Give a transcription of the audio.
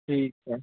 ठीकु आहे